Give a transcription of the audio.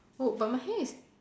oh but my hair is